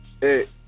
Hey